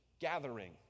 gathering